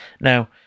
now